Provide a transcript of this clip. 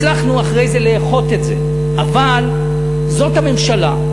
הצלחנו אחרי זה לאחות את זה, אבל זאת הממשלה,